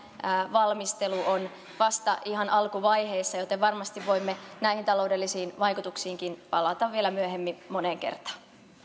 valmistelu on vasta ihan alkuvaiheessa joten varmasti voimme näihin taloudellisiin vaikutuksiinkin palata vielä myöhemmin moneen kertaan